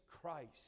Christ